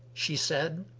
she said,